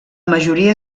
majoria